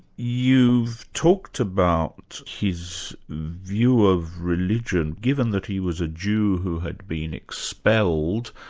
you've talked about his view of religion. given that he was a jew who had been expelled,